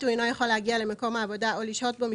הוא אינו יכול להגיע למקום העבודה או לשהות בו,